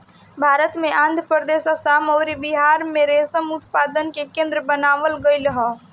भारत में आंध्रप्रदेश, आसाम अउरी बिहार में रेशम उत्पादन के केंद्र बनावल गईल ह